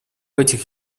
этих